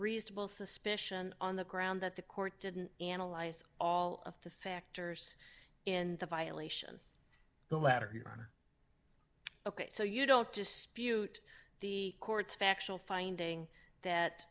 reasonable suspicion on the ground that the court didn't analyze all of the factors in the violation the latter here ok so you don't dispute the court's factual finding that